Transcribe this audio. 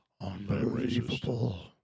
Unbelievable